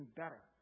better